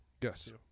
Yes